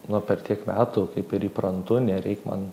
no per tiek metų kaip ir įprantu nereik man